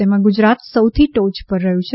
તેમાં ગુજરાત સૌથી ટોય પર રહ્યું છે